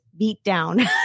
beatdown